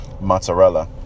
mozzarella